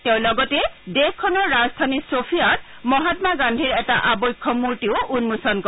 তেওঁ লগতে দেশখনৰ ৰাজধানী ছফিয়াত মহাঘা গান্ধীৰ এটা আবক্ষ মূৰ্তিও উন্মোচন কৰে